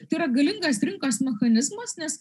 tai yra galingas rinkos mechanizmas nes